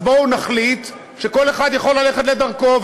אז בואו נחליט שכל אחד יכול ללכת לדרכו,